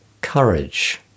courage